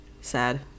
Sad